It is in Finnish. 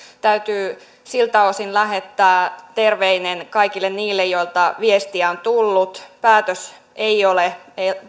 täytyy siltä osin lähettää terveinen kaikille niille joilta viestiä on tullut päätös ei ole